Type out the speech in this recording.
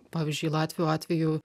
pavyzdžiui latvių atveju